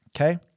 Okay